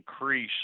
increase